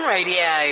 Radio